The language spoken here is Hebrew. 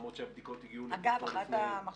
למרות שהבדיקות הגיעו כבר